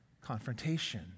confrontation